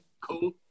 cool